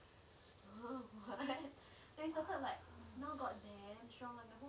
then like now got their strong enough